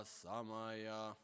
samaya